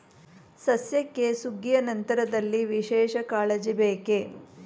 ಸಸ್ಯಕ್ಕೆ ಸುಗ್ಗಿಯ ನಂತರದಲ್ಲಿ ವಿಶೇಷ ಕಾಳಜಿ ಬೇಕೇ?